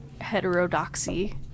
heterodoxy